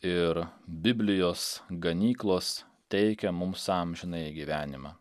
ir biblijos ganyklos teikia mums amžinąjį gyvenimą